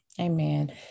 Amen